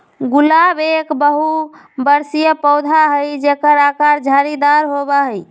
गुलाब एक बहुबर्षीय पौधा हई जेकर आकर झाड़ीदार होबा हई